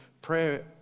prayer